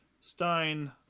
Stein